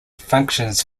functions